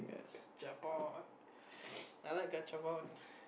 gachapon I like gachapon